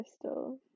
Crystal